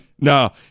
no